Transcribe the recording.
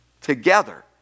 together